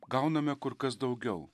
gauname kur kas daugiau